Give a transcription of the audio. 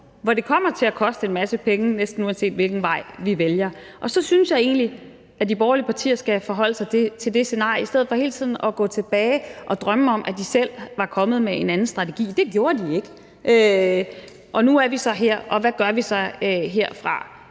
hvor det kommer til at koste en masse penge, næsten uanset hvilken vej vi vælger, og så synes jeg egentlig, at de borgerlige partier skal forholde sig til det scenarie i stedet for hele tiden at gå tilbage og drømme om, at de selv var kommet med en anden strategi. Det gjorde de ikke, og nu er vi så her, og hvad gør vi så herfra?